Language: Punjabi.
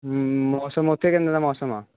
ਮੌਸਮ ਉਥੇ ਕਿੱਦਾਂ ਦਾ ਮੌਸਮ ਆ